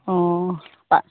অঁ পাত